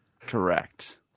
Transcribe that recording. Correct